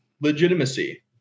legitimacy